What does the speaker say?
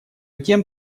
тем